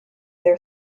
their